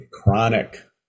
chronic